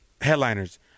headliners